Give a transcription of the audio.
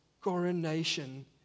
coronation